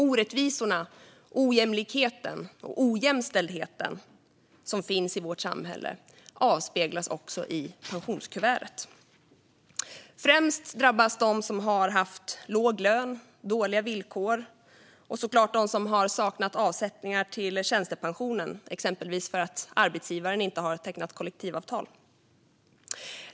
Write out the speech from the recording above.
Orättvisorna, ojämlikheten och ojämställdheten som finns i vårt samhälle avspeglas också i pensionskuvertet. Främst drabbas de som har haft låg lön och dåliga villkor och såklart de som har saknat avsättningar till tjänstepensionen, exempelvis för att arbetsgivaren inte har tecknat kollektivavtal.